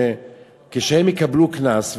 כשהם יקבלו קנס,